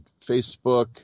Facebook